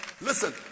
Listen